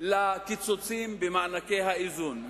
לקיצוצים במענקי האיזון.